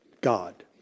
God